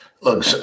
Look